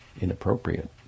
inappropriate